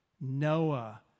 Noah